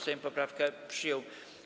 Sejm poprawkę przyjął.